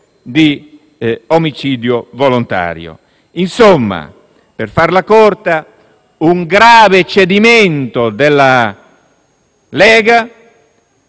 di omicidio volontario. Insomma, per farla breve, è un grave cedimento della Lega